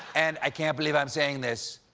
and i can't believe i'm saying this,